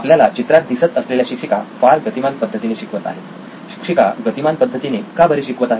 आपल्याला चित्रात दिसत असलेल्या शिक्षिका फार गतिमान पद्धतीने शिकवत आहेत शिक्षिका गतिमान पद्धतीने का बरे शिकवत आहेत